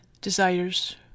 desires